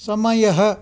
समयः